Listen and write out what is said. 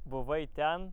buvai ten